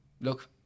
Look